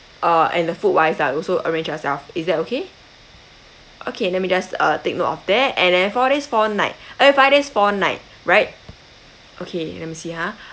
uh and the food wise lah also arrange yourself is that okay okay let me just uh take note of that and then four days four night eh five days four night right okay let me see ha